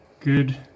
Good